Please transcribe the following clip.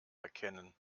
erkennen